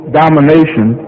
domination